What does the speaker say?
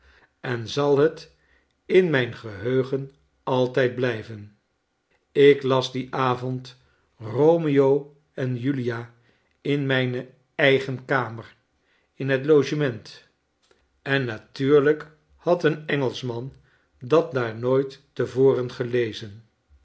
en zal het in mijn geheugen altyd blijven ik las dien avond romeo en julia in mijne eigen kamer in het logement en natuurlijk had een engelschman dat daar nooit te voren gelezen